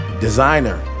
designer